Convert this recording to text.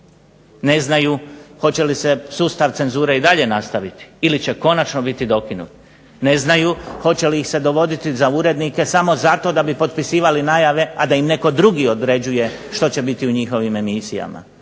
Ne znaju hoće li se sustav cenzure i dalje nastaviti ili će konačno biti dokinut. Ne znaju hoće li ih se dovoditi za urednike samo zato da bi potpisivali najave, a da im netko drugi određuje što će biti u njihovim emisijama.